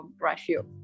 ratio